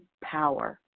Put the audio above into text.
power